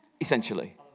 Essentially